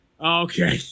Okay